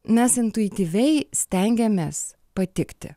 mes intuityviai stengiamės patikti